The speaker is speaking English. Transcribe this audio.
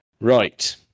Right